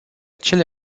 cele